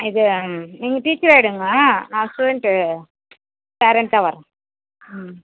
இது நீங்கள் டீச்சராக எடுங்கள் நான் ஸ்டூடெண்ட்டு பேரெண்ட்டாக வர்றேன் ம்